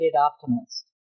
optimist